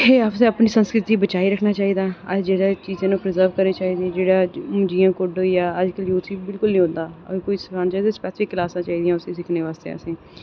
कि एह् असें अपनी संस्कृति गी बचाना चाहिदा अस एह् जेह्ड़ा हर चीज़ जेह्ड़ा प्रजर्व करना चाहिदी जि'यां कुड्ड होई गेआ अजकल यूथ गी बिल्कुल निं औंदा अगर कोई सखाना चाहिदा ते स्पेसीफिक क्लॉसां चाहिदियां उसी सिक्खनै आस्तै